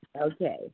Okay